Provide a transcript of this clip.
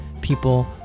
people